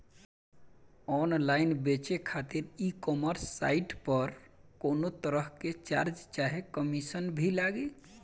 Online बेचे खातिर e commerce site पर कौनोतरह के चार्ज चाहे कमीशन भी लागी?